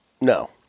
No